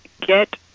get